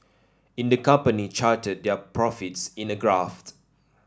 in the company charted their profits in a graph